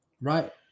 right